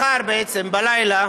מחר, בעצם, בלילה,